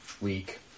week